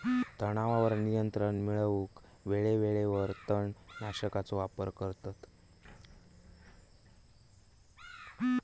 तणावर नियंत्रण मिळवूक वेळेवेळेवर तण नाशकांचो वापर करतत